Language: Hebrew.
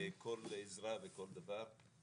כל עזרה וכל דבר,